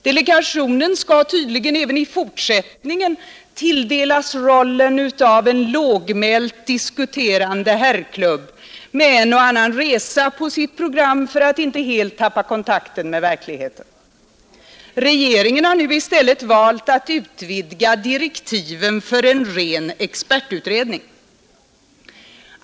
Delegationen skall tydligen även i fortsättningen tilldelas rollen av en lågmält diskuterande herrklubb med en och annan resa på sitt program för att inte helt tappa kontakten med verkligheten. Regeringen har nu i stället valt att utvidga direktiven för en ren expertutredning.